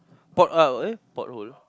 port uh eh port hole